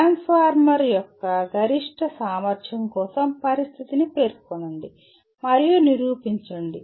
transformer యొక్క గరిష్ట సామర్థ్యం కోసం పరిస్థితిని పేర్కొనండి మరియు నిరూపించండి